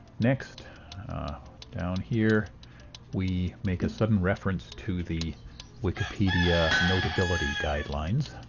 next down here we make a sudden reference to the wikipedia notability guidelines.